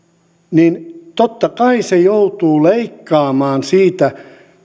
niin totta kai se joutuu leikkaamaan siitä